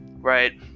right